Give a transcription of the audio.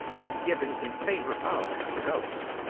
and given in favour of the ghost.